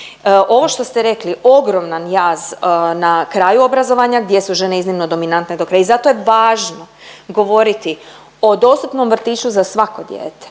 Ovo što ste rekli ogroman jaz na kraju obrazovanja gdje su žene iznimno dominantne i zato je važno govoriti o dostupnom vrtiću za svako dijete.